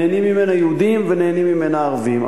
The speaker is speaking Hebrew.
נהנים ממנה יהודים ונהנים ממנה ערבים,